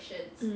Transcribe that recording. mm